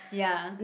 ya